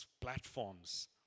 platforms